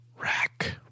rack